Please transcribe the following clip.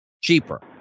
cheaper